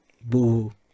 Boo